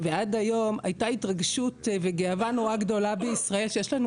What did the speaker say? ועד היום הייתה התרגשות וגאווה נורא גדולה בישראל שיש לנו